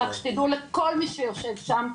רק שתדעו לכל מי שיושב בוועדה,